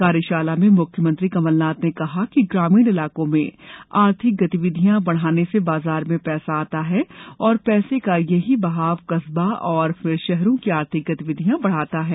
कार्यशाला में मुख्यमंत्री कमलनाथ ने कहा कि ग्रामीण इलाकों में आर्थिक गतिविधियां बढ़ाने से बाजार में पैसा आता है और पैसे का यही बहाव कस्बा और फिर शहरों की आर्थिक गतिविधियां बढ़ाता है